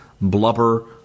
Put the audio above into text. blubber